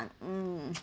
mm